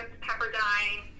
Pepperdine